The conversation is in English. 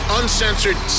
uncensored